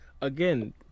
again